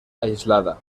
aislada